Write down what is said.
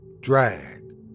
Drag